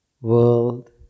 world